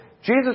Jesus